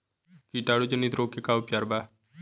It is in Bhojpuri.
कीटाणु जनित रोग के का उपचार बा?